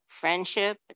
friendship